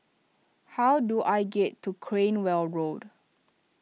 how do I get to Cranwell Road